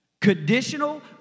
Conditional